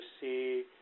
see